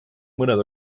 mõned